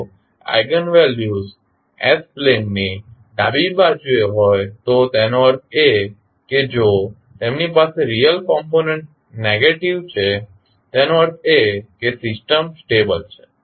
જો eigen values s plane ની ડાબી બાજુએ હોય તો તેનો અર્થ એ કે જો તેમની પાસે રીઅલ કોમ્પોનન્ટ નેગેટીવ છે તો તેનો અર્થ એ કે સિસ્ટમ સ્ટેબલ છે